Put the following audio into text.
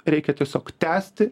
reikia tiesiog tęsti